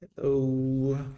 Hello